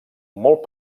molt